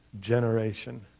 generation